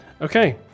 Okay